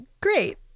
Great